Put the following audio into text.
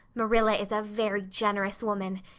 marilla is a very generous woman.